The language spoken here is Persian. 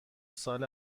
سال